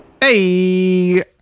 Hey